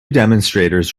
demonstrators